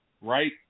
right